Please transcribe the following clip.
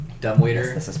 dumbwaiter